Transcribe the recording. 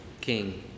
King